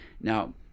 Now